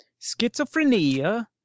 schizophrenia